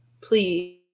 please